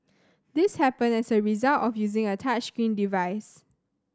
this happened as a result of using a touchscreen device